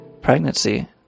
pregnancy